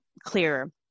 clearer